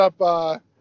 up